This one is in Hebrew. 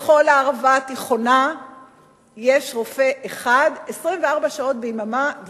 בכל הערבה התיכונה יש רופא אחד 24 שעות ביממה,